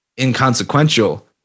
inconsequential